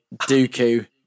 Dooku